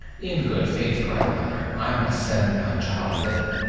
in good faith, cried the mother, i must send my child thither.